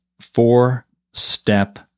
four-step